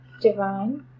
divine